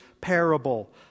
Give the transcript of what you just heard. parable